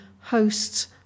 hosts